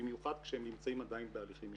במיוחד כשהם נמצאים עדיין בהליכים משפטיים.